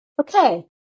okay